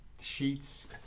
sheets